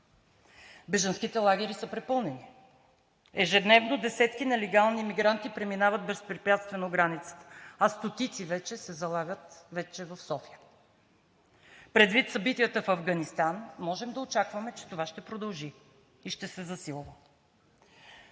Бежанските лагери са препълнени. Ежедневно десетки нелегални мигранти преминават безпрепятствено границата. А стотици вече се залавят в София. Предвид събитията в Афганистан можем да очакваме, че това ще продължи и ще се засилва